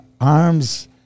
Arms